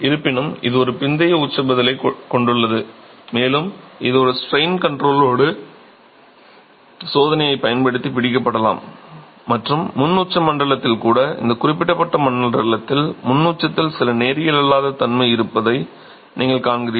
இருப்பினும் இது ஒரு பிந்தைய உச்ச பதிலைக் கொண்டுள்ளது மேலும் இது ஒரு ஸ்ட்ரெய்ன் கன்ட்ரோல்டு சோதனையைப் பயன்படுத்திப் பிடிக்கப்படலாம் மற்றும் முன் உச்ச மண்டலத்தில் கூட இந்த குறிப்பிட்ட மண்டலத்தில் முன் உச்சத்தில் சில நேரியல் அல்லாத தன்மை இருப்பதை நீங்கள் காண்கிறீர்கள்